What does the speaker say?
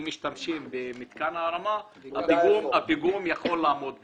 משתמשים במתקן ההרמה הפיגום יכול לעמוד בזה,